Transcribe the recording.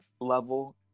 level